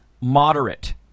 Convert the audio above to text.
moderate